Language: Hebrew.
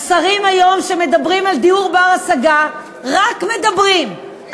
השרים שמדברים היום על דיור בר-השגה רק מדברים,